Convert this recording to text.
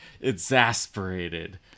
exasperated